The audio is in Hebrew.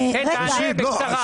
כן, תענה בקצרה.